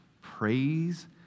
Praise